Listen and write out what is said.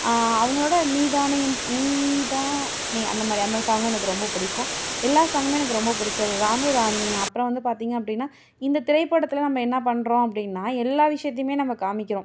அவங்களோட நீதானே என் நீ தான் னே அந்த மாதிரி அந்த சாங்கும் எனக்கு ரொம்ப பிடிக்கும் எல்லா சாங்குமே எனக்கு ரொம்ப பிடிச்சது தான் அப்புறம் வந்து பார்த்திங்க அப்படின்னா இந்த திரைப்படத்தில் நம்ம என்ன பண்ணுறோம் அப்படின்னா எல்லா விஷயத்தையுமே நம்ம காமிக்கிறோம்